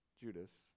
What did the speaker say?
Judas